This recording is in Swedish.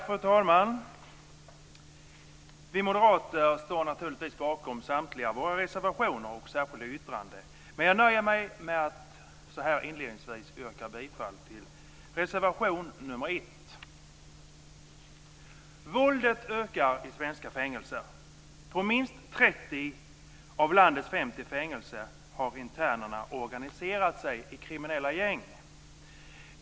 Fru talman! Vi moderater står naturligtvis bakom samtliga våra reservationer och särskilda yttranden, men jag nöjer mig med att så här inledningsvis yrka bifall till reservation 1. Våldet ökar i svenska fängelser. På minst 30 av landets fängelser har internerna organiserat sig i kriminella gäng.